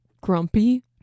grumpy